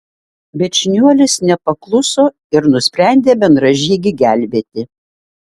bet šniuolis nepakluso ir nusprendė bendražygį gelbėti